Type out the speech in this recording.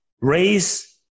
raise